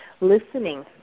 listening